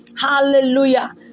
Hallelujah